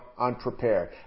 Unprepared